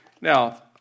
Now